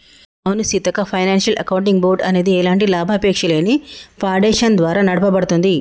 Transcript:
అవును Seethakka financial accounting board అనేది ఎలాంటి లాభాపేక్షలేని ఫాడేషన్ ద్వారా నడపబడుతుంది